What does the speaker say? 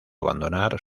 abandonar